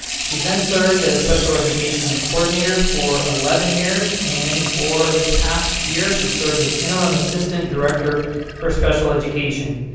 she's then served as special education coordinator for eleven years. and for this past year, she served as interim assistant director for special education.